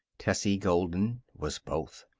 tessie golden was both.